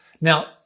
Now